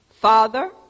Father